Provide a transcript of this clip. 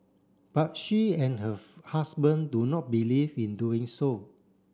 but she and her husband do not believe in doing so